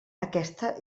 aquesta